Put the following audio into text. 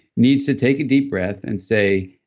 needs to take a deep breath and say,